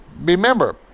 Remember